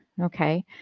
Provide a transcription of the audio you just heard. okay